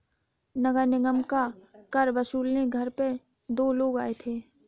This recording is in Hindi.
नगर निगम का कर वसूलने घर पे दो लोग आए थे